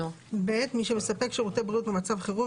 מי שמספק שירותי בריאות במצב חירום,